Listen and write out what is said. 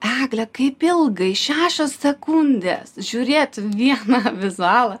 egle kaip ilgai šešios sekundės žiūrėt vieną vizualą